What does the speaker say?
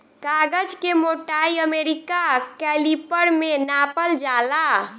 कागज के मोटाई अमेरिका कैलिपर में नापल जाला